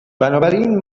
بنابراین